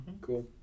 Cool